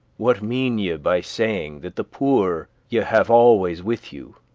what mean ye by saying that the poor ye have always with you,